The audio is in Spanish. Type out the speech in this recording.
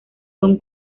son